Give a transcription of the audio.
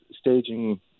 staging